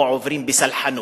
או שעוברים בסלחנות.